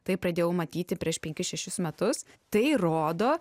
tai pradėjau matyti prieš penkis šešis metus tai rodo